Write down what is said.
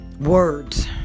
words